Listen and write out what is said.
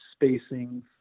spacings